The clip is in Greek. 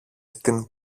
στην